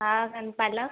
हां अन् पालक